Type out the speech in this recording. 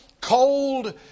cold